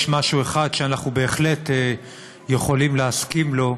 יש משהו אחד שאנחנו בהחלט יכולים להסכים לו,